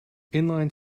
inline